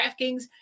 DraftKings